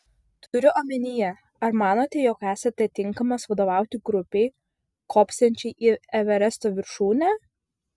turiu omenyje ar manote jog esate tinkamas vadovauti grupei kopsiančiai į everesto viršūnę